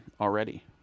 already